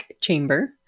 chamber